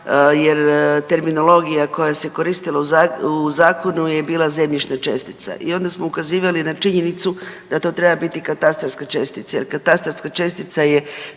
jer terminologija koja se koristila u zakonu je bila zemljišna čestica i onda smo ukazivali na činjenicu da to treba biti katastarska čestica jer katastarska čestica je